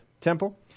temple